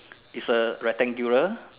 is a rectangular